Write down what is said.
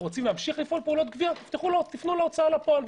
אתם רוצים להמשיך לפעול פעולות גבייה - תפנו להוצאה לפועל,